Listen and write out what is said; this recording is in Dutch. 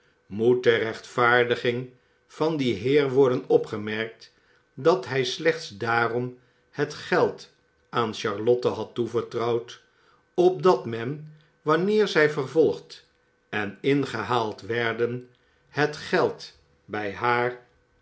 moet ter rechtvaardiging van dien heer worden opgemerkt dat hij slechts daarom het geld aan charlotte had toevertrouwd opdat men wanneer zij vervolgd en ingehaald werden het geld bij haar